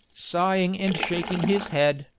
sighing and shaking his head,